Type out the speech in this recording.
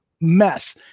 mess